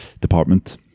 department